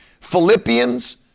Philippians